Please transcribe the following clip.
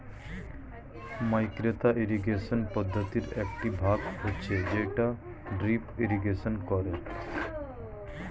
micro irrigation পদ্ধতির একটি ভাগ হচ্ছে যেটা ড্রিপ ইরিগেশন করে